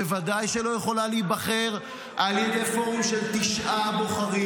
בוודאי שלא יכולה להיבחר על ידי פורום של תשעה בוחרים.